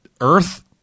Earth